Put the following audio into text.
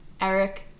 Eric